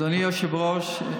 אדוני היושב-ראש,